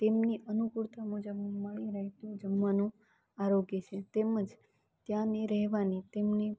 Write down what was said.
એમની અનુકૂળતા પ્રમાણે મળી રહેતું જમવાનું આરોગે છે તેમજ ત્યાંની રહેવાની તેમની